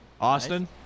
Austin